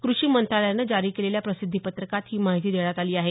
कृषी मंत्रालयानं जारी केलेल्या प्रसिद्धीपत्रकात ही माहिती देण्यात आली आहे